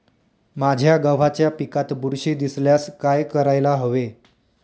माझ्या गव्हाच्या पिकात बुरशी दिसल्यास काय करायला हवे?